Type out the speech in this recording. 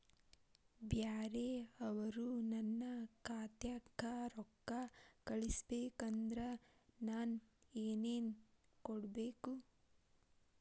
ಬ್ಯಾರೆ ಅವರು ನನ್ನ ಖಾತಾಕ್ಕ ರೊಕ್ಕಾ ಕಳಿಸಬೇಕು ಅಂದ್ರ ನನ್ನ ಏನೇನು ಕೊಡಬೇಕು?